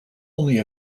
only